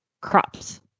crops